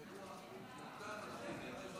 אחר.